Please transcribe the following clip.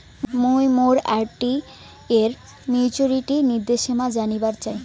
মুই মোর আর.ডি এর মোর মেচুরিটির নির্দেশনা জানিবার চাই